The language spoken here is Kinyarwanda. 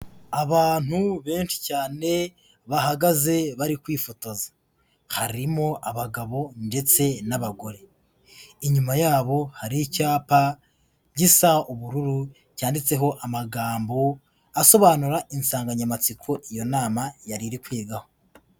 Abantu benshi cyane bahagaze bari kwifotoza, harimo abagabo ndetse n'abagore, inyuma yabo hari icyapa gisa ubururu, cyanditseho amagambo asobanura insanganyamatsiko iyo nama yari iri kwigaho.